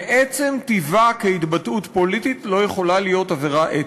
מעצם טיבה כהתבטאות פוליטית לא יכולה להיות עבירה אתית.